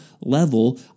level